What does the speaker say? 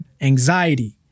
anxiety